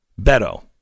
Beto